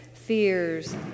fears